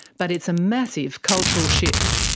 but it's a massive cultural shift.